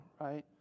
right